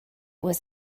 was